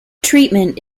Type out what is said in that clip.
treatment